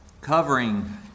covering